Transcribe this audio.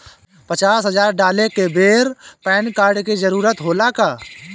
पचास हजार डाले के बेर पैन कार्ड के जरूरत होला का?